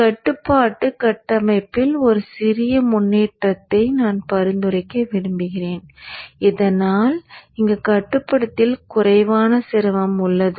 கட்டுப்பாட்டு கட்டமைப்பில் ஒரு சிறிய முன்னேற்றத்தை நான் பரிந்துரைக்க விரும்புகிறேன் இதனால் இங்கு கட்டுப்படுத்தியில் குறைவான சிரமம் உள்ளது